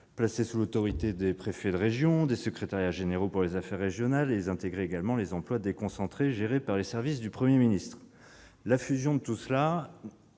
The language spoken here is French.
placées sous l'autorité des préfets de région et des secrétariats généraux pour les affaires régionales, et portait également les emplois déconcentrés gérés par les services du Premier ministre. Cette fusion au sein